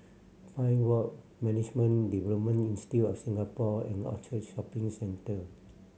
Pine Walk Management Development Institute of Singapore and Orchard Shopping Centre